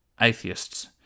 atheists